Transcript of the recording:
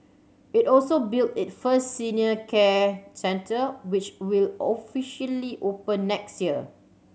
it also built it first senior care centre which will officially open next year